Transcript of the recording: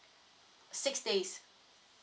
six days